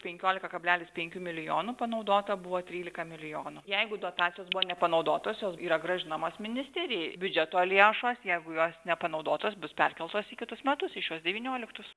penkiolika kablelis penki milijono panaudota buvo trylika milijonų jeigu dotacijos buvo nepanaudotos jos yra grąžinamos ministerijai biudžeto lėšos jeigu jos nepanaudotos bus perkeltos į kitus metus į šiuos devynioliktus